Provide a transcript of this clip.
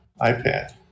iPad